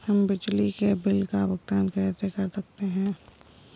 हम बिजली के बिल का भुगतान कैसे कर सकते हैं?